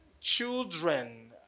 Children